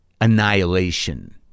annihilation